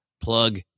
Plug